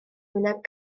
wyneb